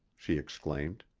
she exclaimed.